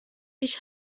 ich